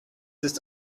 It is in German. ist